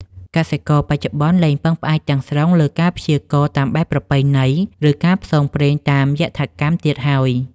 កសិករបច្ចុប្បន្នលែងពឹងផ្អែកទាំងស្រុងលើការព្យាករណ៍តាមបែបប្រពៃណី ឬការផ្សងព្រេងតាមយថាកម្មទៀតហើយ។